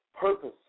purpose